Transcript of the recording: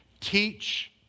teach